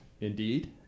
Indeed